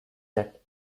that